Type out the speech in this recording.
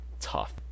tough